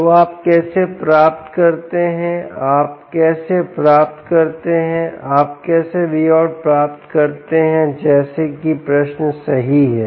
तो आप कैसे प्राप्त करते हैं आप कैसे प्राप्त करते हैं आप कैसे Vout प्राप्त करते हैं जैसे कि प्रश्न सही है